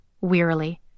wearily